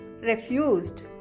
refused